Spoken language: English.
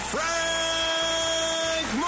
Frank